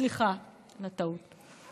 סליחה על הטעות.